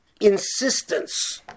insistence